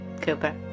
Cooper